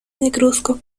negruzco